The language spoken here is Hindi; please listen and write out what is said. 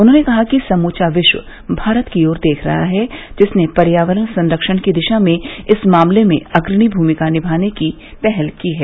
उन्होंने कहा कि समूचा विश्व भारत की ओर देख रहा है जिसने पर्यावरण संरक्षण की दिशा में इस मामले में अग्रणी भूमिका निभाने की पहल की है